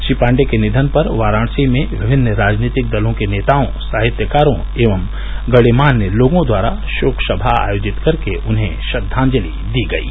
श्री पाण्डेय के निवन पर वाराणसी में विमिन्न राजनीतिक दलों के नेताओं साहित्यकारो एवं गण्यमान्य लोगों द्वारा शोकसभा आयोजित कर के उन्हें श्रद्वाजंलि दी गयी